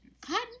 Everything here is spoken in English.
Cotton